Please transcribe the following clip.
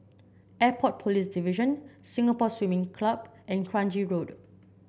Airport Police Division Singapore Swimming Club and Kranji Road